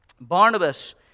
Barnabas